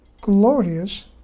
glorious